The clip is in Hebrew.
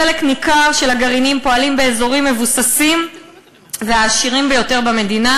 חלק ניכר מהגרעינים פועלים באזורים המבוססים והעשירים ביותר במדינה,